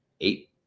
eight